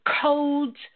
codes